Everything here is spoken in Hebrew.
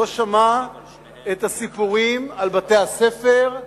לא שמע את הסיפורים על בתי-הספר,